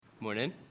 Morning